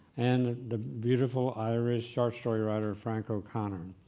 and the beautiful irish short story writer frank o'connor,